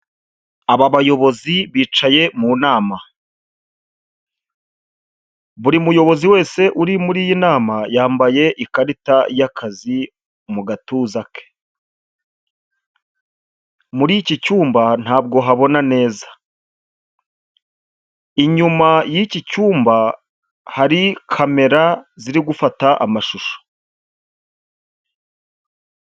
Aba bayobozi bicaye mu nama. Buri muyobozi wese uri muri iyi nama yambaye ikarita y'akazi mu gatuza ke, muri iki cyumba ntabwo habona neza, inyuma y'iki cyumba hari kamera ziri gufata amashusho.